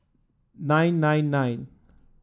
nine nine nine